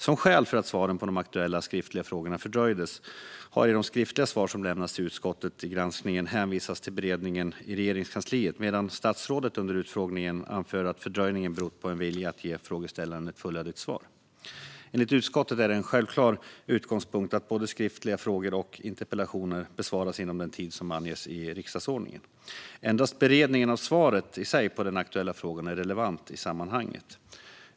Som skäl för att svaren på de aktuella skriftliga frågorna fördröjdes har i de skriftliga svar som lämnats till utskottet i granskningen hänvisats till beredningen i Regeringskansliet, medan statsrådet under utfrågningen anförde att fördröjningen berott på en vilja att ge frågeställaren ett fullödigt svar. Enligt utskottet är det en självklar utgångspunkt att både skriftliga frågor och interpellationer besvaras inom den tid som anges i riksdagsordningen. Endast beredningen av svaret på den aktuella frågan är relevant i sammanhanget.